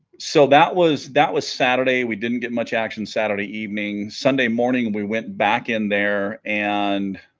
so that was that was saturday we didn't get much action saturday evening sunday morning we went back in there and